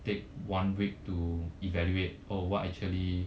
take one week to evaluate or what actually